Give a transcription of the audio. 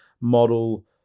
model